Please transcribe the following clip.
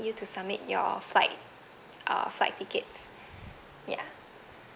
you to submit your flight uh flight tickets ya